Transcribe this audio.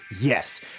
yes